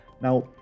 now